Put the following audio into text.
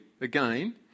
again